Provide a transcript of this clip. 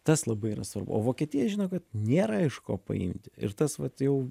tas labai yra svarbu o vokietija žino kad nėra iš ko paimti ir tas vat jau